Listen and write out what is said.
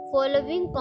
Following